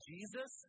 Jesus